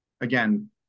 again